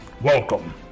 Welcome